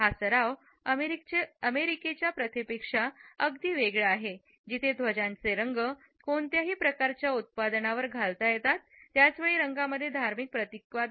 हा सराव अमेरिकेच्या प्रथेपेक्षा अगदी वेगळा आहे जिथे ध्वजांचे रंग कोणत्याही प्रकारच्या उत्पादनावर घालता येतो त्याच वेळी रंगांमध्ये धार्मिक प्रतीकवाद